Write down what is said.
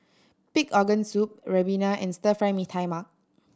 pig organ soup ribena and Stir Fry Mee Tai Mak